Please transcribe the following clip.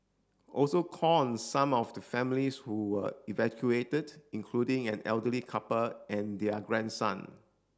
also call on some of the families who were evacuated including an elderly couple and their grandson